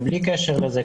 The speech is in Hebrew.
בלי קשר לזה,